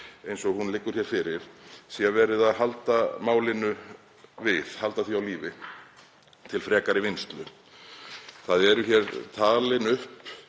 eins og hún liggur hér fyrir, sé verið að halda málinu við, halda því á lífi til frekari vinnslu — eru talin upp